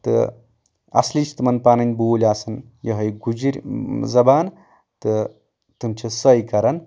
تہٕ اصلی چھِ تِمن پنٕنۍ بوٗلۍ آسان یہٕے گُجر زبان تہٕ تِم چھِ سۄے کران